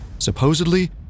Supposedly